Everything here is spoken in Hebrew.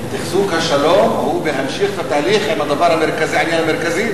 תחזוק השלום הוא בהמשך התהליך עם הדבר המרכזי,